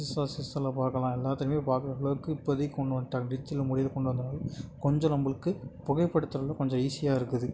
பார்க்கலாம் எல்லாத்துலையுமே பார்க்குற அளவுக்கு இப்பதிக்கு கொண்டு வந்துட்டாங்க கொஞ்சம் நம்பளுக்கு புகைப்படுத்துறதில் கொஞ்சம் ஈஸியாக இருக்குது